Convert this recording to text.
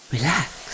Relax